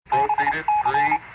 i